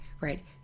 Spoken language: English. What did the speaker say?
right